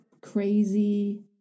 crazy